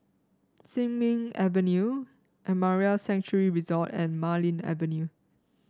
Sin Ming Avenue Amara Sanctuary Resort and Marlene Avenue